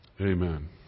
Amen